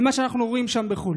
למה שאנחנו רואים שם בחו"ל.